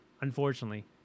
unfortunately